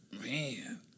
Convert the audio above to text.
Man